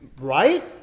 Right